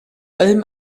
allem